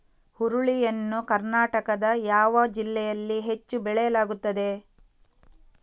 ಹುರುಳಿ ಯನ್ನು ಕರ್ನಾಟಕದ ಯಾವ ಜಿಲ್ಲೆಯಲ್ಲಿ ಹೆಚ್ಚು ಬೆಳೆಯಲಾಗುತ್ತದೆ?